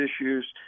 issues